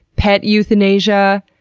pet euthanasia,